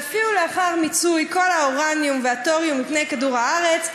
ואפילו לאחר מיצוי כל האורניום והאטומים מפני כדור-הארץ,